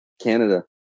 Canada